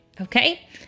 okay